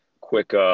quick